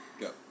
Go